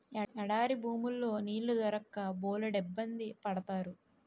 ఎడారి భూముల్లో నీళ్లు దొరక్క బోలెడిబ్బంది పడతారు